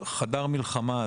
חדר מלחמה,